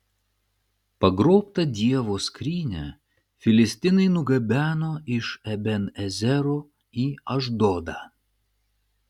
pagrobtą dievo skrynią filistinai nugabeno iš eben ezero į ašdodą